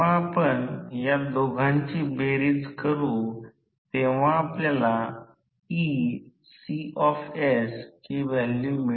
आणि हे या योजनाबद्ध आकृती विचारातून आहे ते अधिक चांगले समजेल